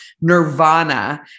nirvana